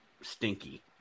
Stinky